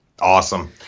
awesome